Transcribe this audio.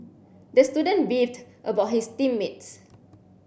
the student beefed about his team mates